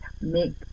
make